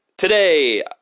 Today